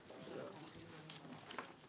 הישיבה ננעלה בשעה 10:46.